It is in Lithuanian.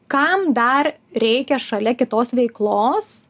kam dar reikia šalia kitos veiklos